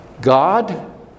god